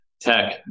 tech